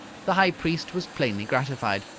the high priest was plainly gratified.